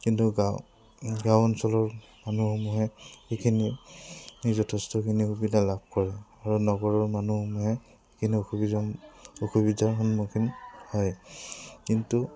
কিন্তু গাঁও গাঁও অঞ্চলৰ মানুহসমূহে এইখিনি যথেষ্টখিনি সুবিধা লাভ কৰে আৰু নগৰৰ মানুহসমূহে এইখিনি অসুবিধা অসুবিধাৰ সন্মুখীন হয় কিন্তু